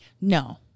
No